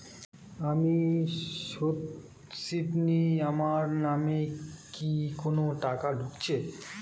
আমি স্রোতস্বিনী, আমার নামে কি কোনো টাকা ঢুকেছে?